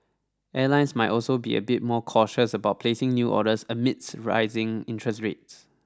airlines might also be a bit more cautious about placing new orders amidst rising interest rates